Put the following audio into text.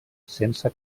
sense